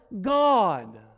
God